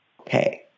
Okay